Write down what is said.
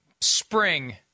spring